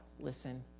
listen